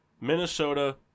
Minnesota